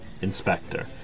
Inspector